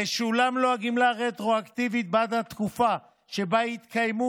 תשולם לו הגמלה רטרואקטיבית בעד התקופה שבה התקיימו